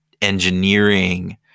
engineering